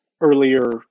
earlier